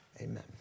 Amen